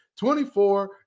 24